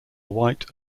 white